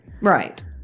right